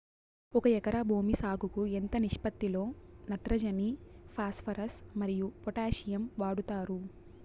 ఒక ఎకరా భూమి సాగుకు ఎంత నిష్పత్తి లో నత్రజని ఫాస్పరస్ మరియు పొటాషియం వాడుతారు